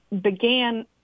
began